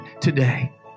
today